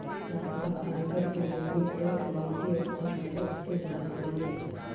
सरकार आयकर के जरिए टैक्स लेके आपन राजस्व के बढ़ावे ले